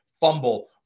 fumble